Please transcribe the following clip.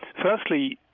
firstly,